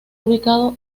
ubicado